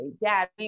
dad